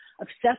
obsessed